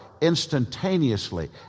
instantaneously